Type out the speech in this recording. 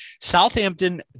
Southampton